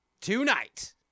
tonight